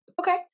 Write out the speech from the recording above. Okay